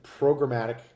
programmatic